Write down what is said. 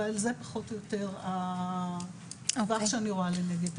אבל זה הטווח שאני רואה לנגד עיניי.